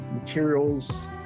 materials